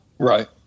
Right